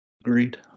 Agreed